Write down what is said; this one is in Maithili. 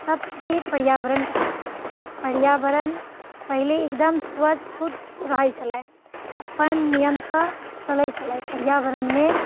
सभकेँ पर्यावरण कहैत छै पर्यावरण पहिले एकदम स्वच्छ शुद्ध रहैत छलै अपन नियमसँ चलैत छलै पर्यावरणमे